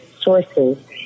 Sources